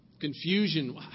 Confusion